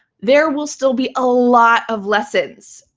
there will still be a lot of lessons.